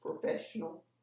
professional